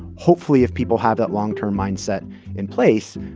hopefully if people have that long-term mindset in place,